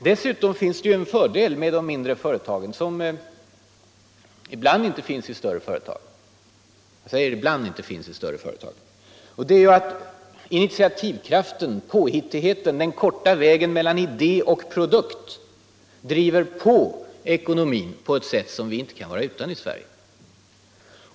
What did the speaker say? Dessutom finns det ju en fördel med de mindre företagen som ibland inte finns i större företag. Initiativkraften, påhittigheten, den korta vägen mellan idé och produkt — allt det driver på ekonomin på ett sätt som Nr 87 vi inte kan vara utan i Sverige.